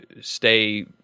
stay